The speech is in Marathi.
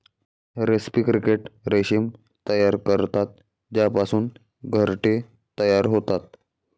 रेस्पी क्रिकेट रेशीम तयार करतात ज्यापासून घरटे तयार होतात